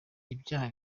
ivyaha